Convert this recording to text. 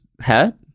hat